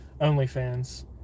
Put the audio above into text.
Onlyfans